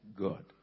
God